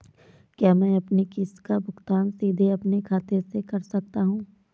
क्या मैं अपनी किश्त का भुगतान सीधे अपने खाते से कर सकता हूँ?